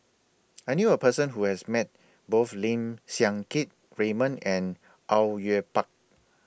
I knew A Person Who has Met Both Lim Siang Keat Raymond and Au Yue Pak